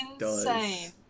insane